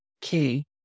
key